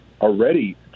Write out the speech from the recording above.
already